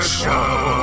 show